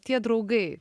tie draugai